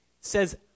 says